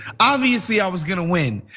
obviously, i was gonna win.